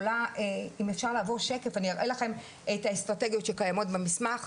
אם אפשר לעבור שקף אני אראה לכם את האסטרטגיות שקיימות במסמך.